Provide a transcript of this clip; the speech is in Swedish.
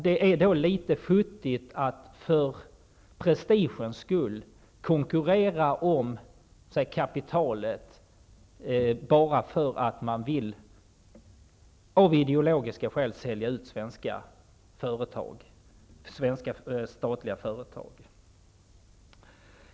Det är futtigt att för prestigens skull konkurrera om kapitalet bara för att man av ideologiska skäl vill sälja ut svenska statliga företag.